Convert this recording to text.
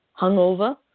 hungover